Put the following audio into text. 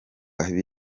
cyangwa